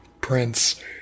Prince